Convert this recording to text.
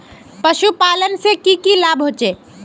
पशुपालन से की की लाभ होचे?